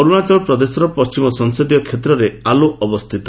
ଅରୁଶାଚଳପ୍ରଦେଶର ପଶ୍ଚିମ ସଂସଦୀୟ କ୍ଷେତ୍ରରେ ଆଲୋ ଅବସ୍ଥିତ